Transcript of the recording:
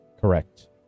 Correct